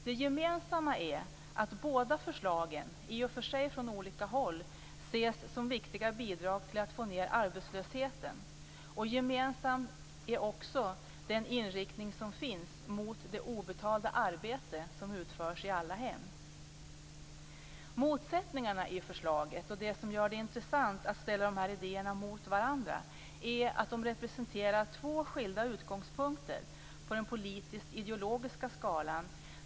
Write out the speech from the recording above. Det gemensamma är att båda förslagen - i och för sig från olika håll - ses som viktiga bidrag till att få ned arbetslösheten. Gemensamt är också den inriktning som finns mot det obetalda arbete som utförs i alla hem. Motsättningarna i förslagen och det som gör det intressant att ställa idéerna mot varandra är att de representerar två skilda utgångspunkter på den politiskt ideologiska skalan.